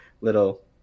little